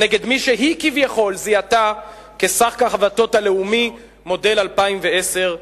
נגד מי שהיא כביכול זיהתה כשק החבטות הלאומי מודל 2010,